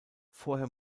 vorher